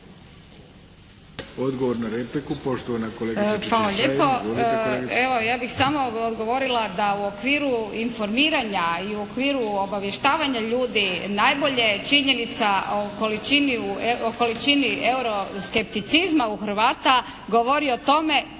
Odgovor na repliku poštovana kolegica